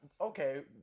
Okay